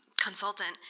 consultant